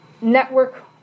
network